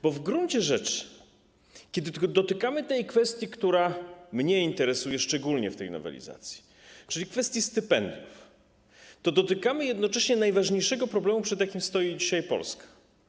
Bo w gruncie rzeczy, kiedy tylko dotykamy tej kwestii, która mnie interesuje szczególnie w tej nowelizacji, czyli kwestii stypendiów, to dotykamy jednocześnie najważniejszego problemu, przed jakim stoi dzisiaj Polska.